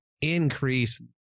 increase